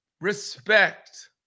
respect